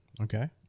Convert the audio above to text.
okay